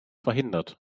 verhindert